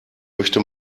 möchte